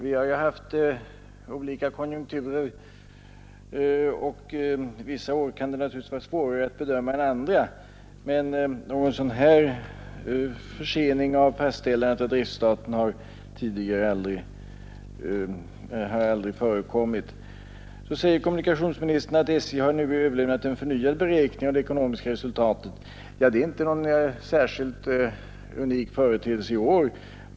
Vi har ju haft olika konjunkturer, och vissa år kan det naturligtvis vara svårare att bedöma än andra år, men någon sådan här försening av fastställande av driftstaten har tidigare aldrig förekommit. Kommunikationsministern säger att SJ numera överlämnat en förnyad beräkning av det ekonomiska resultatet. Det är inte någon unik företeelse just i år.